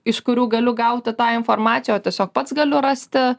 iš kurių galiu gauti tą informaciją o tiesiog pats galiu rasti